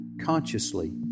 consciously